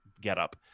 getup